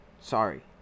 Sorry